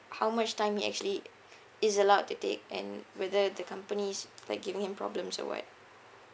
how much time he actually is allowed to take and whether the company is like giving him problems or what